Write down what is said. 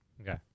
Okay